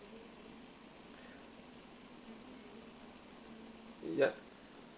yup